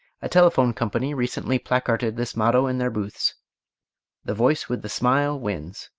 a telephone company recently placarded this motto in their booths the voice with the smile wins.